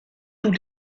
tous